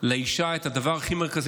לאישה את הדבר הכי מרכזי,